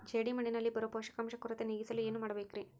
ಜೇಡಿಮಣ್ಣಿನಲ್ಲಿ ಬರೋ ಪೋಷಕಾಂಶ ಕೊರತೆ ನೇಗಿಸಲು ಏನು ಮಾಡಬೇಕರಿ?